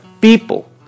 people